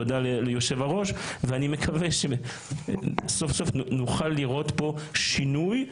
תודה ליושב הראש ואני מקווה שסוף סוף נוכל לראות פה שינוי,